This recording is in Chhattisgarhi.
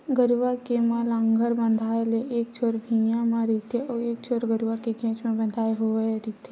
गरूवा के म लांहगर बंधाय ले एक छोर भिंयाँ म रहिथे अउ एक छोर गरूवा के घेंच म बंधाय होय रहिथे